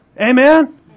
Amen